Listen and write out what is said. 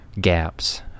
gaps